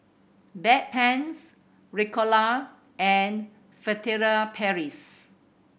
Bedpans Ricola and Furtere Paris